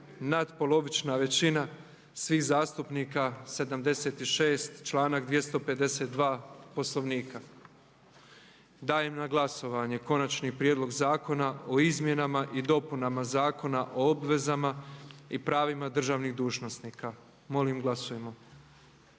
nadpolovična većina svih zastupnika 76, članak 252. Poslovnika. Dajem na glasovanje Konačni prijedlog zakona o izmjenama i dopunama Zakona o obvezama i pravima državnih dužnosnika. Molimo glasujmo.